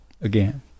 again